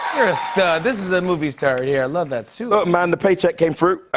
you're a stud. this is a movie star here. i love that suit. look, man, the paycheck came through.